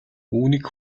үүнийг